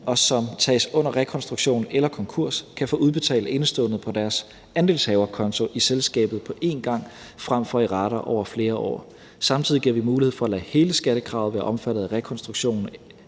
og som tages under rekonstruktion eller konkurs, kan få udbetalt indeståendet på deres andelshaverkonto i selskabet på én gang frem for i rater over flere år. Samtidig giver vi mulighed for at lade hele skattekravet være omfattet af rekonstruktions-